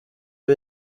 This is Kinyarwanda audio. ubu